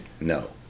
No